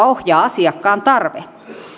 ohjaa asiakkaan tarve